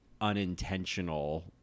unintentional